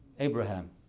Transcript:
Abraham